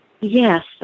Yes